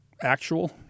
actual